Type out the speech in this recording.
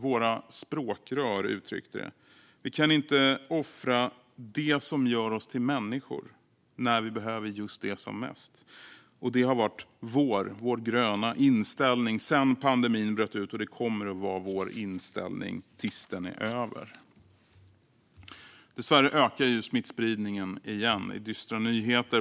Våra språkrör uttryckte det så här: Vi kan inte offra det som gör oss till människor när vi behöver just det som mest. Det har varit vår gröna inställning sedan pandemin bröt ut, och det kommer att vara vår inställning tills den är över. Dessvärre ökar smittspridningen igen; det är dystra nyheter.